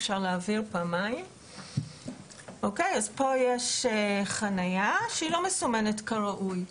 פה יש חניה שהיא לא מסומנת כראוי.